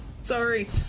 Sorry